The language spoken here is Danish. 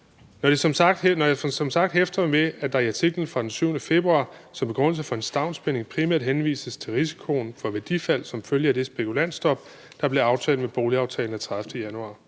mig som sagt ved, at der i artiklen fra den 7. februar som begrundelse for en stavnsbinding primært henvises til risikoen for værdifald som følge af det spekulantstop, der blev aftalt med boligaftalen af 30. januar.